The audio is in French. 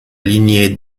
lignée